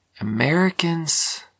Americans